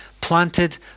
planted